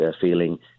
feeling